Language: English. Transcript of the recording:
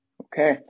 Okay